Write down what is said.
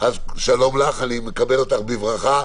שלא ייצרה מנגנוני כניסה מסודרים שיאפשרו לאזרחים שלה להיכנס.